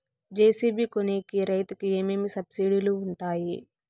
JCB కొనేకి రైతుకు ఏమేమి సబ్సిడి లు వుంటాయి?